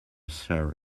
sir